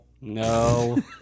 No